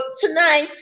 tonight